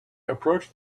approached